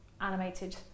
animated